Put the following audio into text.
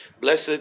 Blessed